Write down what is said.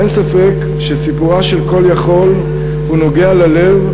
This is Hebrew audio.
אין ספק שסיפורה של "call יכול" נוגע ללב,